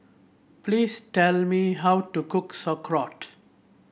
please tell me how to cook Sauerkraut